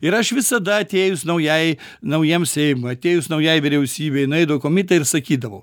ir aš visada atėjus naujai naujam seimui atėjus naujai vyriausybei nueidavau į komitetą ir sakydavau